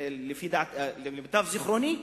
למיטב זיכרוני,